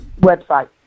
website